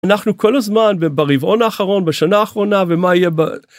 אנחנו כל הזמן וברבעון האחרון בשנה האחרונה ומה יהיה ב...